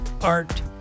art